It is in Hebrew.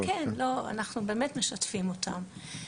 כן, כן, אנחנו באמת משתפים אותם.